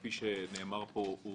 כפי שנאמר פה,